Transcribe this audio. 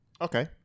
Okay